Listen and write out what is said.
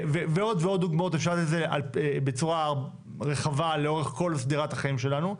ועוד דוגמאות אפשר לתת בצורה רחבה לאורך כל שדרת החיים שלנו.